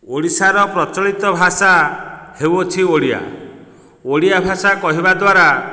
ଓଡ଼ିଶାର ପ୍ରଚଳିତ ଭାଷା ହେଉଅଛି ଓଡ଼ିଆ ଓଡ଼ିଆ ଭାଷା କହିବା ଦ୍ୱାରା